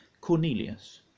Cornelius